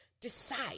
decide